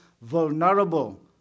vulnerable